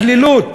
הקלילות